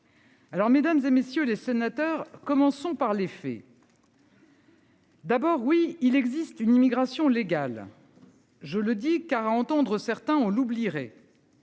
Alors Mesdames et messieurs les sénateurs. Commençons par les faits.-- D'abord oui il existe une immigration légale. Je le dis car à entendre certains, on l'oublierait.--